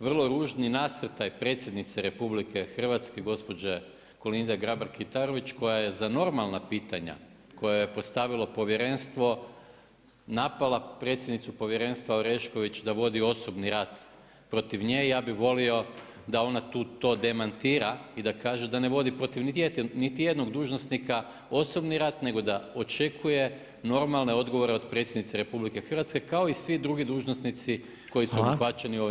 vrlo ružno nasrtaj Predsjednice RH gospođe Kolinde Grabar Kitarović koja je za normalna pitanja koje je postavilo povjerenstvo napadala predsjednicu povjerenstva Orešković da vodi osobni rat protiv nje, ja bi volio da ona tu to demantira i da kaže da ne vodi protiv niti jednog dužnosnika osobni rat nego da očekuje normalne odgovore od Predsjednice RH kao i svi drugi dužnosnici koji su zahvaćeni ovim zakonom.